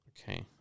Okay